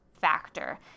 factor